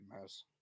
Mess